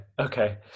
okay